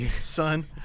Son